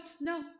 No